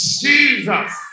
Jesus